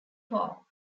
paul